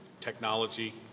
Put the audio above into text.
technology